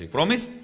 Promise